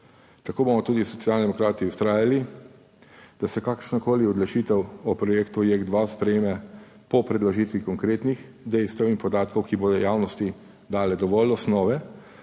Tako bomo tudi Socialni demokrati vztrajali, da se kakršnakoli odločitev o projektu objekt JEK2 sprejme po predložitvi konkretnih dejstev in podatkov, ki bodo javnosti dale dovolj osnove,